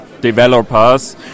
developers